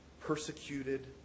persecuted